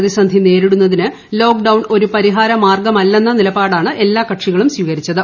പ്രതിസന്ധി നേരിടുന്നതിന് ലോക്ഡൌൺ ഒരു പരിഹാര മാർഗമല്ലെന്ന നിലപാടാണ് എല്ലാ കക്ഷികളും സ്വീകരിച്ചത്